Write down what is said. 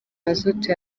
mazutu